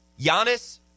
Giannis